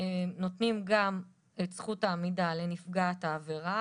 ואנחנו נותנים גם את זכות העמידה לנפגעת העבירה,